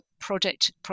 project